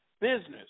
business